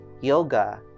yoga